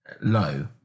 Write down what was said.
Low